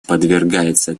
подвергаются